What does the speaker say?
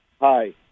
Hi